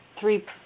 three